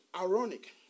ironic